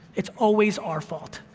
it's always our fault.